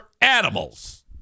animals